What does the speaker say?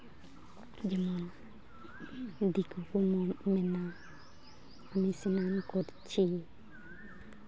ᱡᱮᱢᱚᱱ ᱫᱤᱠᱩ ᱠᱚ ᱢᱮᱱᱟ ᱟᱢᱤ ᱥᱮᱱᱟᱱ ᱠᱚᱨᱪᱷᱤ